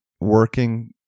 working